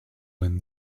when